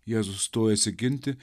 jėzus stojasi ginti